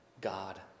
God